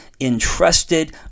entrusted